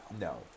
No